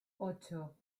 ocho